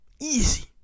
easy